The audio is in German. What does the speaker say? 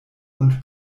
und